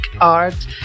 art